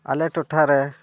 ᱟᱞᱮ ᱴᱚᱴᱷᱟ ᱨᱮ